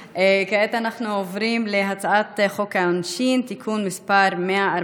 ועל כן הצעת חוק הכניסה לישראל (תיקון מס' 33)